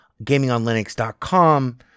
GamingOnLinux.com